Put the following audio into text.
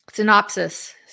Synopsis